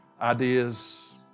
ideas